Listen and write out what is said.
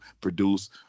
produce